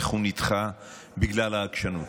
איך הוא נדחה בגלל העקשנות.